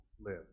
live